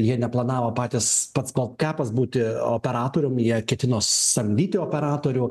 jie neplanavo patys pats baltkepas būti operatorium jie ketino samdyti operatorių